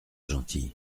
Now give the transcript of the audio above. gentil